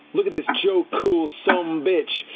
look at this jo cool sumbitch!